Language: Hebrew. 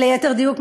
ליתר דיוק,